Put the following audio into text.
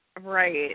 Right